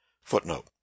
footnote